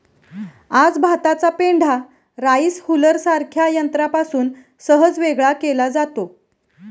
आज भाताचा पेंढा राईस हुलरसारख्या यंत्रापासून सहज वेगळा केला जातो